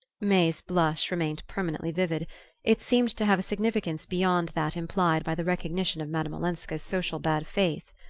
may's blush remained permanently vivid it seemed to have a significance beyond that implied by the recognition of madame olenska's social bad faith.